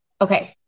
Okay